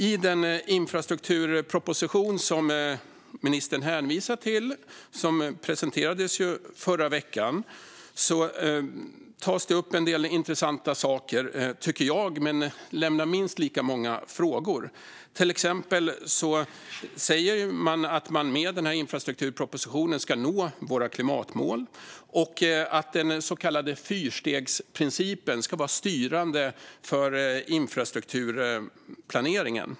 I den infrastrukturproposition som ministern hänvisar till, som presenterades förra veckan, tas det upp en del intressanta saker, tycker jag. Men den lämnar minst lika många frågor. Till exempel säger man att man med infrastrukturpropositionen ska nå klimatmålen och att den så kallade fyrstegsprincipen ska vara styrande för infrastrukturplaneringen.